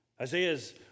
Isaiah's